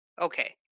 Okay